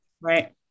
right